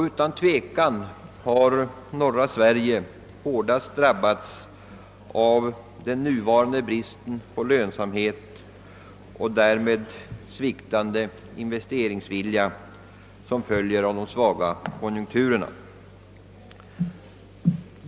Utan tvivel har norra Sverige drabbats hårdast av den nuvarande bristen på lönsamhet och den sviktande investeringsvilja som följer av de svaga konjunkturerna.